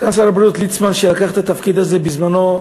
סגן שר הבריאות ליצמן, שלקח את התפקיד הזה בזמנו,